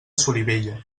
solivella